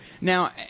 Now